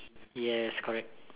yes correct